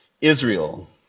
Israel